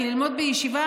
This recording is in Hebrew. כי ללמוד בישיבה,